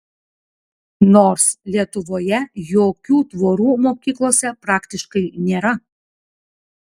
nors lietuvoje jokių tvorų mokyklose praktiškai nėra